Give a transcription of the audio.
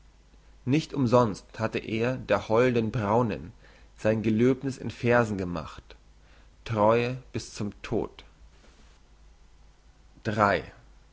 nicht umsonst hatte er der holden braunen sein gelöbniss in versen gemacht treue bis zum tod